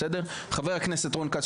חבר הכנסת רון כץ,